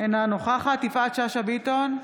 אינה נוכחת יפעת שאשא ביטון,